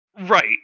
right